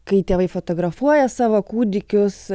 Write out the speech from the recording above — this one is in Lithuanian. kai tėvai fotografuoja savo kūdikius